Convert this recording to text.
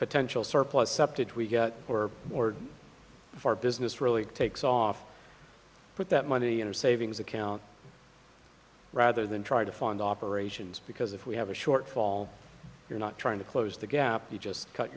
potential surplus cept it we get or more of our business really takes off put that money in a savings account rather than try to fund operations because if we have a shortfall you're not trying to close the gap you just cut